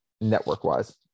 network-wise